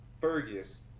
fergus